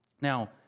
Now